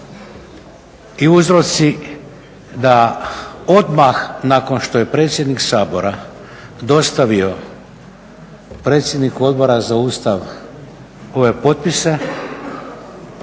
i uzroci da odmah nakon što je predsjednik Sabora dostavio predsjedniku Odbora za Ustav ove potpise,